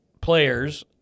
players